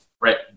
right